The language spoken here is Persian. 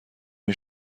این